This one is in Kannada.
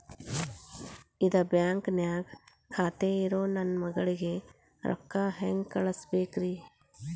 ಇದ ಬ್ಯಾಂಕ್ ನ್ಯಾಗ್ ಖಾತೆ ಇರೋ ನನ್ನ ಮಗಳಿಗೆ ರೊಕ್ಕ ಹೆಂಗ್ ಕಳಸಬೇಕ್ರಿ?